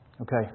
Okay